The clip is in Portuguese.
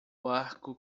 barco